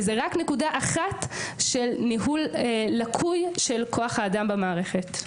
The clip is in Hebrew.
וזה רק נקודה אחת של ניהול לקוי של כוח האדם במערכת.